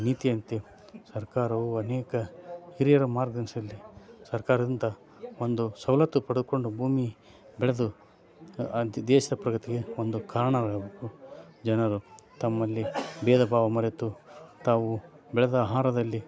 ನೀತಿಯಂತೆ ಸರ್ಕಾರವು ಅನೇಕ ಹಿರಿಯರ ಮಾರ್ಗದರ್ಶನದಲ್ಲಿ ಸರ್ಕಾರದಿಂದ ಒಂದು ಸವಲತ್ತು ಪಡೆದುಕೊಂಡು ಭೂಮಿ ಬೆಳೆದು ಆ ದೇಶದ ಪ್ರಗತಿಗೆ ಒಂದು ಕಾರಣವಾಗಬೇಕು ಜನರು ತಮ್ಮಲ್ಲಿ ಬೇಧ ಭಾವ ಮರೆತು ತಾವು ಬೆಳೆದ ಆಹಾರದಲ್ಲಿ